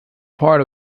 part